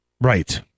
Right